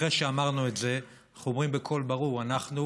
אחרי שאמרנו את זה, אנחנו אומרים בקול ברור: אנחנו